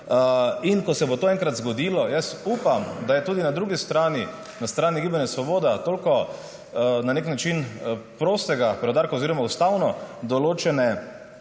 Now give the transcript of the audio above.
Ko se bo to enkrat zgodilo, jaz upam, da je tudi na drugi strani, na strani Gibanje Svoboda, toliko prostega preudarka oziroma ustavno določenega